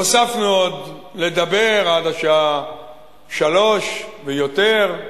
הוספנו עוד לדבר עד השעה 15:00 ויותר,